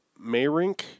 Mayrink